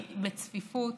בצפיפות,